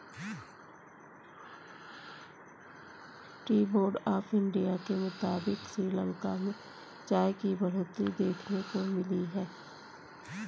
T board of India के मुताबिक़ श्रीलंका में चाय की बढ़ोतरी देखने को मिली है